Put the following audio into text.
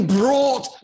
brought